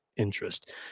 interest